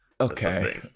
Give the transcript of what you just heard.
okay